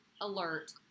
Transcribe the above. alert